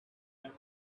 could